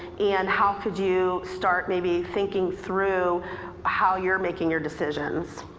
and how could you start maybe thinking through how you're making your decisions.